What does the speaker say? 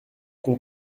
qu’on